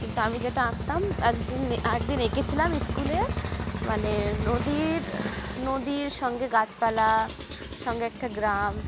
কিন্তু আমি যেটা আঁকতাম একদিন একদিন এঁকেছিলাম স্কুলে মানে নদীর নদীর সঙ্গে গাছপালা সঙ্গে একটা গ্রাম